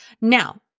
Now